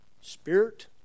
Spirit